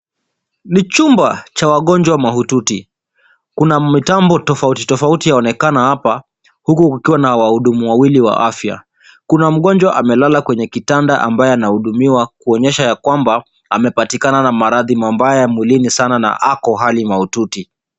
Ni chumba cha wagonjwa mahututi. Kuna mitambo tofauti tofauti yaonekana hapa huku kukiwa na wahudumu wawili wa afya. Kuna mgonjwa amelala kwenye kitanda ambaye anahudumiwa kuonyesha ya kwamba amepatikana na maradhi mabaya mwilini sana na ako hali mahututi.